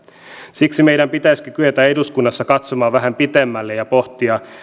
siksi meidän pitäisikin kyetä eduskunnassa katsomaan vähän pitemmälle ja pohtia